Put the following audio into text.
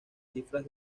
cifras